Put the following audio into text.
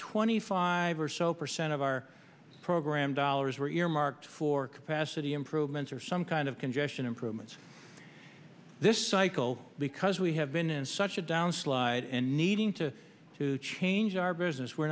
twenty five or so percent of our program dollars were earmarked for capacity improvements or some kind of congestion improvements this cycle because we have been in such a downslide and needing to change our business we're